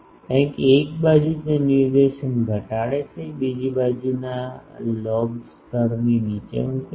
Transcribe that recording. કારણ કે એક બાજુ તે નિર્દેશન ઘટાડે છે બીજી બાજુ બાજુના લોબ સ્તરને નીચે મૂકે છે